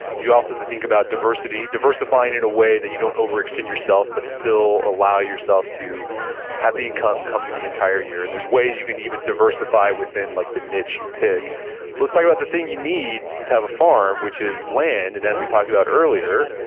you also have to think about diversity. diversifying in a way that you don't overextend yourself but still allow yourself to have income coming the entire year. and there's ways you can even diversify within like the niche you pick let's talk about the thing you need to have a farm which is land. and as we talked about earlier,